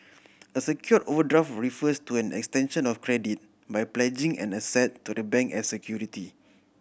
a secured overdraft refers to an extension of credit by pledging an asset to the bank as security